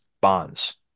bonds